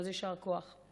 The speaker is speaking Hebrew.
אז יישר כוח.